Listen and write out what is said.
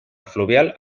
fluvial